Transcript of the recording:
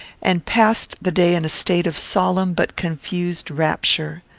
and passed the day in a state of solemn but confused rapture.